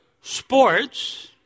Sports